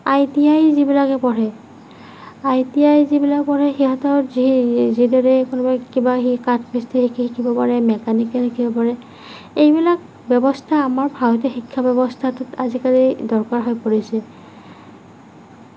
I T I যিবিলাকে পঢ়ে I T I যিবিলাকে পঢ়ে সিহঁতৰ যি যিদৰে কোনোবাই কিবা সেই কাঠ মিস্ত্ৰী শিকিব পাৰে মেকানিকেল শিকিব পাৰে এইবিলাক ব্যৱস্থা আমাৰ ভাৰতীয় শিক্ষা ব্যৱস্থাটোত আজিকালি দৰকাৰ হৈ পৰিছে